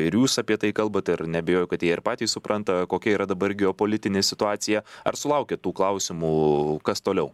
ir jūs apie tai kalbat ir neabejoju kad jie ir patys supranta kokia yra dabar geopolitinė situacija ar sulaukiat tų klausimų kas toliau